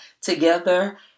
together